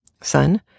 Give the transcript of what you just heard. Son